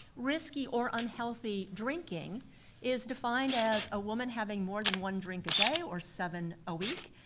risky or unhealthy drinking is defined as a woman having more than one drink a day or seven a week,